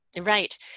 Right